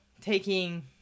taking